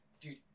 dude